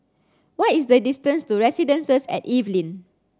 what is the distance to Residences at Evelyn